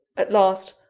at last,